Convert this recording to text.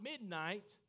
midnight